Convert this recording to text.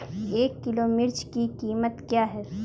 एक किलोग्राम मिर्च की कीमत क्या है?